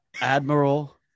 Admiral